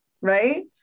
right